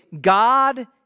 God